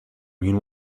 mean